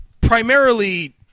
primarily